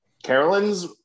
Carolyn's